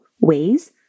ways